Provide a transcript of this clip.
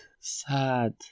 Sad